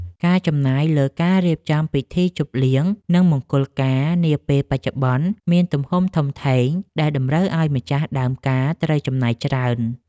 ការចំណាយលើការរៀបចំពិធីជប់លៀងនិងមង្គលការនាពេលបច្ចុប្បន្ន មានទំហំធំធេងដែលតម្រូវឱ្យម្ចាស់ដើមការត្រូវចំណាយច្រើន។